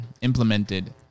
implemented